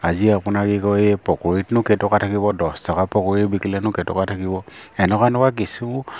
আজি আপোনাৰ কি কয় এই পকৰিতনো কেইটকা থাকিব দহ টকা পকৰি বিকিলেনো কেইটকা থাকিব এনেকুৱা এনেকুৱা কিছু